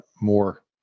more